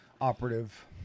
Operative